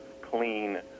clean